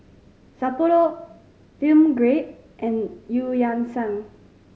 Sapporo Film Grade and Eu Yan Sang